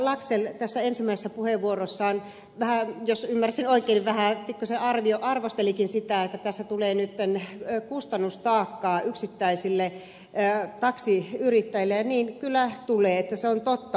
laxell tässä ensimmäisessä puheenvuorossaan jos ymmärsin oikein pikkuisen arvostelikin sitä että tässä tulee nyt kustannustaakkaa yksittäisille taksiyrittäjille ja niin kyllä tulee se on totta